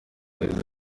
yagize